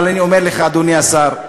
אבל אני אומר לך, אדוני השר,